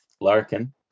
larkin